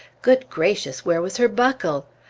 good gracious! where was her buckle?